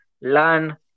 learn